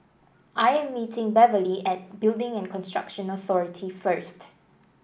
I am meeting Beverley at Building and Construction Authority first